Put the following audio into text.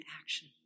action